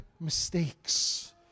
mistakes